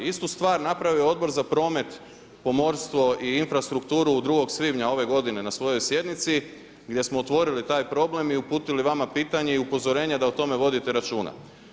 Istu stvar napravio je Odbor za promet, pomorstvo i infrastrukturu 2. svibnja ove godine na svojoj sjednici gdje smo otvorili taj problem i uputili vama pitanje i upozorenja da o tome vodite računa.